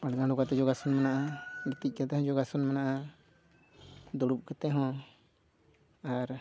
ᱯᱟᱰᱜᱟᱰᱚ ᱠᱟᱛᱮᱫ ᱡᱳᱜᱟᱥᱚᱱ ᱢᱮᱱᱟᱜᱼᱟ ᱜᱤᱛᱤᱡ ᱠᱟᱛᱮᱫ ᱦᱚᱸ ᱡᱳᱜᱟᱥᱚᱢ ᱢᱮᱱᱟᱜᱼᱟ ᱫᱩᱲᱩᱵ ᱠᱟᱛᱮᱫ ᱦᱚᱸ ᱟᱨ